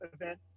event